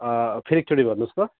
फेरि एकचोटि भन्नुहोस् त